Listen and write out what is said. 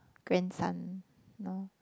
grandson now